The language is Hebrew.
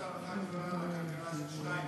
כזאת הערכה גדולה לכלכלה של שטייניץ,